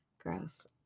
Gross